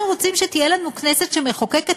אנחנו רוצים שתהיה לנו כנסת שמחוקקת